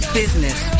business